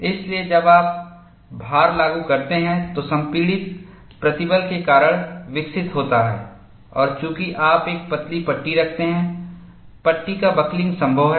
इसलिए जब आप भार लागू करते हैं तो संपीड़ित प्रतिबल के कारण विकसित होता है और चूंकि आप एक पतली पट्टी रखते हैं पट्टी का बकलिंग संभव है